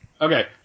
Okay